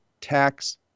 tax